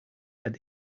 that